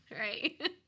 Right